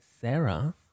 Sarah